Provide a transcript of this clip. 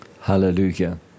hallelujah